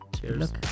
Cheers